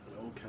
Okay